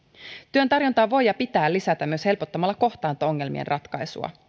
työn tarjontaa voi ja pitää lisätä myös helpottamalla kohtaanto ongelmien ratkaisua